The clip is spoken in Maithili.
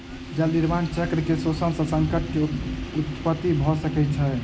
जल निर्माण चक्र के शोषण सॅ जल संकट के उत्पत्ति भ सकै छै